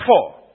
four